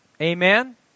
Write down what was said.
Amen